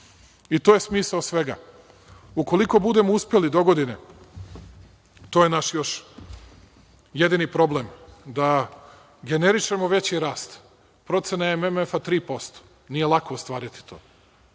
To je smisao svega. Ukoliko budemo uspeli, dogodine i da, to je naš još jedini problem, generišemo veći rast. Procena MMF-a je 3%. Nije lako ostvariti to